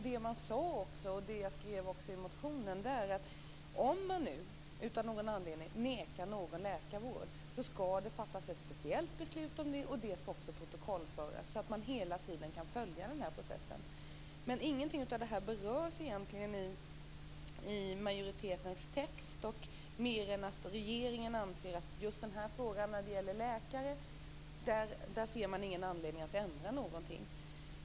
Det kommissionen också sade och det jag skrev i motionen är att om man av någon anledning nekar någon läkarvård skall det fattas ett speciellt beslut om det, och det skall också protokollföras, så att man hela tiden kan följa processen. Men ingenting av det här berörs egentligen i majoritetens text, mer än att regeringen inte ser någon anledning att ändra någonting när det gäller just läkare.